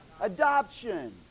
Adoption